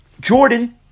Jordan